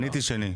אני הייתי שני.